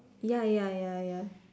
ya ya ya ya